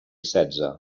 setze